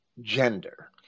gender